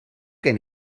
gen